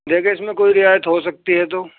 دیکھیے اس میں کوئی رعایت ہو سکتی ہے تو